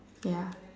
ya